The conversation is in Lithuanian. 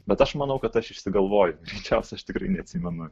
bet aš manau kad aš išsigalvoju greisčiausia aš tikrai neatsimenu